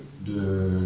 de